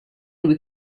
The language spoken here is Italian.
lui